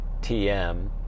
TM